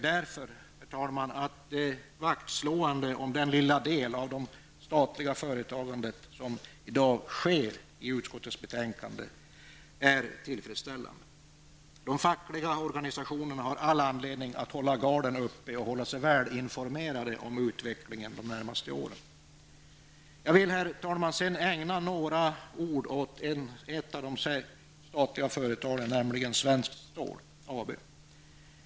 Därför tycker jag att det vaktslående om den lilla del av det statliga företagandet som i dag sker i utskottets betänkande är tillfredsställande. De fackliga organisationerna har all anledning att hålla garden uppe och att hålla sig väl informerade om utvecklingen de närmaste åren. Herr talman! Sedan vill jag ägna några ord åt ett av de statliga företagen, nämligen Svenskt Stål AB.